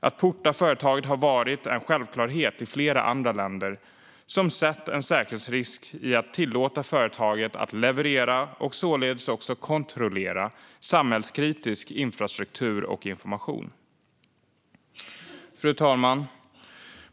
Att porta företaget har varit en självklarhet i flera andra länder, som sett en säkerhetsrisk i att tillåta företaget att leverera och således också kontrollera samhällskritisk infrastruktur och information. Fru talman!